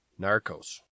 Narcos